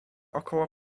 około